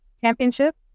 Championship